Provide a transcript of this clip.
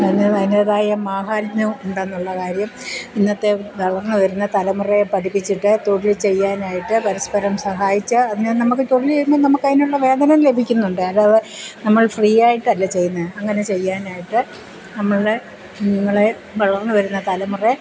അതിനു അതിൻ്റേതായ മഹാത്മയവും ഉണ്ടെന്നുള്ള കാര്യം ഇന്നത്തെ വളർന്നു വരുന്ന തലമുറയെ പഠിപ്പിച്ചിട്ട് തൊഴിൽ ചെയ്യാനായിട്ട് പരസ്പരം സഹായിച്ചു അതിനെ നമുക്ക് തൊഴിൽ ചെയ്യുമ്പം നമുക്ക് അതിനുള്ള വേതനം ലഭിക്കുന്നുണ്ട് അല്ലാതെ നമ്മൾ ഫ്രീ ആയിട്ടല്ല ചെയ്യുന്നത് അങ്ങനെ ചെയ്യാനായിട്ട് നമ്മളുടെ കുഞ്ഞുങ്ങളെ വളർന്നു വരുന്ന തലമുറയെ